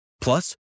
Plus